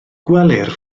gwelir